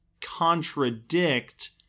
contradict